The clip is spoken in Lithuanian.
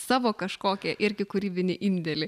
savo kažkokią irgi kūrybinį indėlį